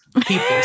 people